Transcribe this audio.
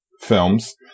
films